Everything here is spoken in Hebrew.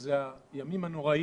שזה הימים הנוראים,